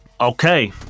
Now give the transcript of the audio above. Okay